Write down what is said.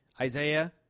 Isaiah